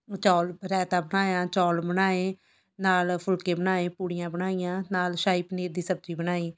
ਚੌਲ ਰਾਇਤਾ ਬਣਾਇਆ ਚੌਲ ਬਣਾਏ ਨਾਲ਼ ਫੁਲਕੇ ਬਣਾਏ ਪੂੜੀਆਂ ਬਣਾਈਆਂ ਨਾਲ਼ ਸ਼ਾਹੀ ਪਨੀਰ ਦੀ ਸਬਜ਼ੀ ਬਣਾਈ